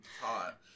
Hot